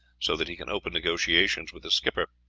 so that he can open negotiations with the skipper.